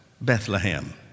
Bethlehem